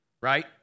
right